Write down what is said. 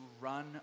run